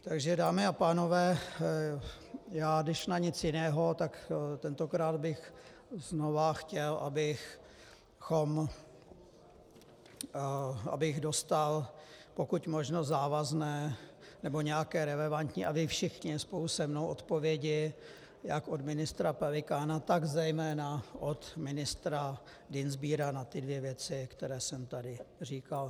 Takže dámy a pánové, když na nic jiného, tak tentokrát bych znovu chtěl, abych dostal pokud možno závazné nebo nějaké relevantní, a vy všichni spolu se mnou, odpovědi jak od ministra Pelikána, tak zejména od ministra Dienstbiera na ty dvě věci, které jsem tady říkal.